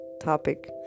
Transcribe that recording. topic